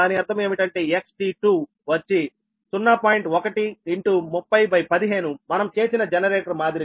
1 3015మనం చేసిన జనరేటర్ మాదిరిగానే